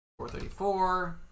434